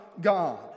God